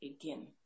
again